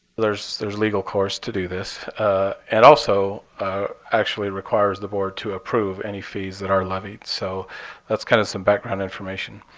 there's there's legal course to do this and also actually requires the board to approve any fees that are levied. so that's kind of some background information.